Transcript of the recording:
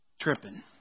tripping